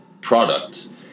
products